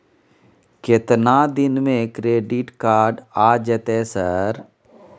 केतना दिन में क्रेडिट कार्ड आ जेतै सर?